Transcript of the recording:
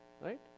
right